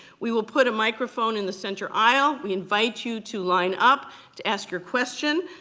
we will put a microphone in the center aisle. we invite you to line up to ask your question.